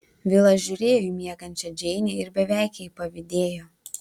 vilas žiūrėjo į miegančią džeinę ir beveik jai pavydėjo